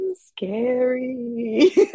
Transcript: scary